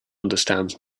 understands